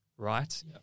Right